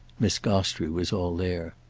miss gostrey was all there.